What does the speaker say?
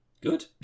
Good